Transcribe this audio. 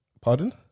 Pardon